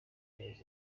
neza